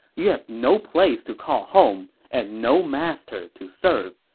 you have no place to call home and no master to serve.